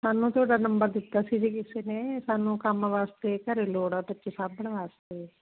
ਸਾਨੂੰ ਤੁਹਾਡਾ ਨੰਬਰ ਦਿੱਤਾ ਸੀ ਜੀ ਕਿਸੇ ਨੇ ਸਾਨੂੰ ਕੰਮ ਵਾਸਤੇ ਘਰੇ ਲੋੜ ਐ ਬੱਚੇ ਸਾਂਭਣ ਵਾਸਤੇ